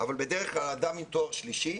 אדם עם תואר שלישי,